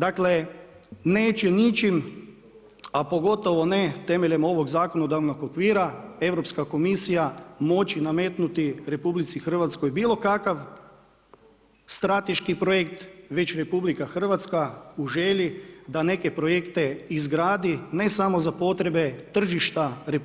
Dakle, neće ničim a pogotovo ne temeljem ovog zakonodavnog okvira Europska komisija moći nametnuti RH bilokakav strateški projekt već RH u želji da neke projekte izgradi ne samo za potrebe tržišta RH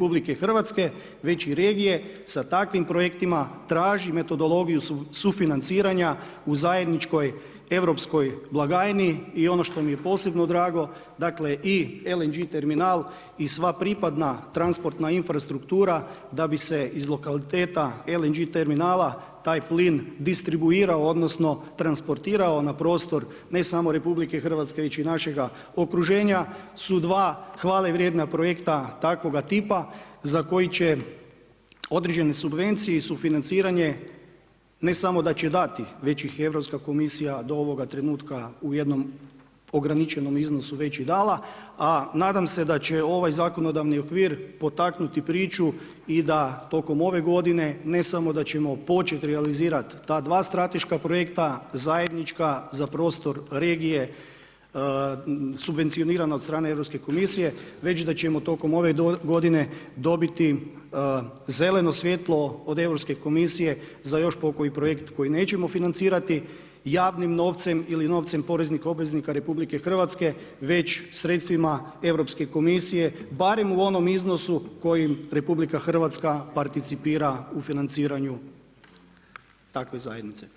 već i regije sa takvim projektima traži metodologiju sufinanciranja u zajedničkoj europskoj blagajni i ono što mi je posebno drago, dakle i LNG terminal i sva pripadna transportna infrastruktura da bi se iz lokaliteta LNG terminala taj plin distribuirao odnosno transportirao na prostor ne samo RH već i našega okruženja su sva hvalevrijedna projekta, za koji će određene subvencije i sufinanciranje ne samo da će dati ih, već ić Europska komisija do ovoga trenutka u jednom ograničenom iznosu već i dala, a nadam se da će ovaj zakonodavni okvir potaknuti priču i da tokom ove godine ne samo da ćemo početi realizirati ta dva strateška projekta, zajednička za prostor regije subvencionirana od strane Europske komisije, već da ćemo tokom ove godine dobiti zeleno svjetlo od Europske komisije za još pokoji projekt koji nećemo financirati javnim novcem ili novcem poreznih obveznika RH već sredstvima Europske komisije bar u onom iznosu kojim RH participira u financiranju takve zajednice.